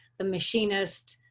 the machinist,